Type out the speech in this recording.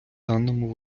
даному